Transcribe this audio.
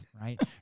right